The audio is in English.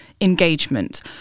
engagement